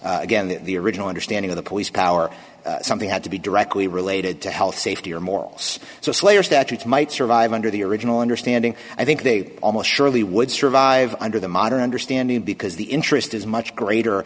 address again the original understanding of the police power something had to be directly related to health safety or more us slayer statutes might survive under the original understanding i think they almost surely would survive under the modern understanding because the interest is much greater